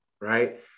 right